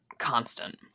constant